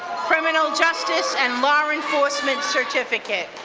criminal justice and law enforcement certificate.